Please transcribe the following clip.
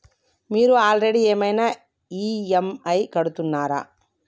మీరు ఆల్రెడీ ఏమైనా ఈ.ఎమ్.ఐ కడుతున్నారా?